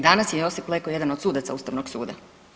Danas je Josip Leko jedan od sudaca Ustavnog suda.